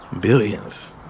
Billions